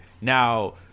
Now